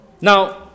Now